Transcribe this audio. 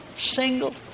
single